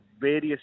various